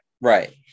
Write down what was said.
Right